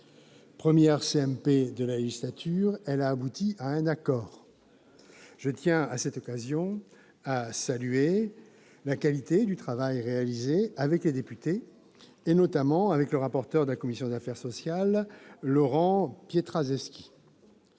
Première CMP de la législature, elle a abouti à un accord. Je tiens, à cette occasion, à saluer la qualité du travail réalisé avec les députés, et notamment avec le rapporteur de la commission des affaires sociales, Laurent Pietraszewski.